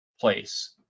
place